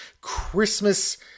Christmas